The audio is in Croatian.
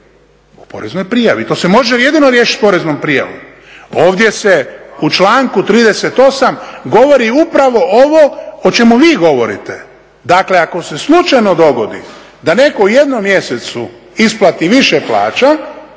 u poreznoj prijavi. I to se može jedino riješiti poreznom prijavom. Ovdje se u članku 38. govori upravo ovo o čemu vi govorite. Dakle, ako se slučajno dogodi da netko u jednom mjesecu isplati više plaća,